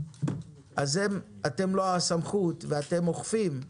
אתם לא הסמכות ואתם אוכפים,